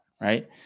right